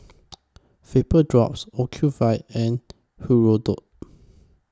Vapodrops Ocuvite and Hirudoid